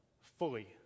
fully